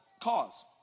cause